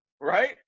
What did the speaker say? right